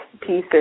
pieces